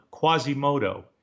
Quasimodo